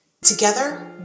Together